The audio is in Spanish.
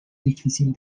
difícil